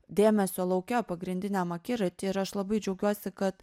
dėmesio lauke pagrindiniam akiraty ir aš labai džiaugiuosi kad